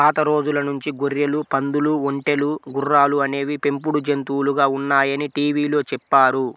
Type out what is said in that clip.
పాత రోజుల నుంచి గొర్రెలు, పందులు, ఒంటెలు, గుర్రాలు అనేవి పెంపుడు జంతువులుగా ఉన్నాయని టీవీలో చెప్పారు